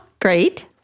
great